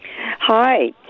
Hi